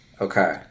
Okay